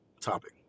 topic